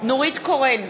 נורית קורן,